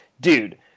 dude